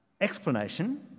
explanation